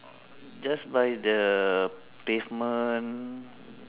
just by the pavement